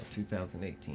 2018